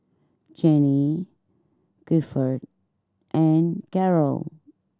Jenny Guilford and Garold